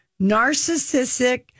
narcissistic